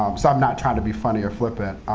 um so i'm not trying to be funny or flippant,